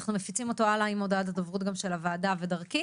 אנחנו מפיצים אותו הלאה עם הודעת הדוברות של הוועדה ודרכי.